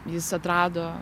jis atrado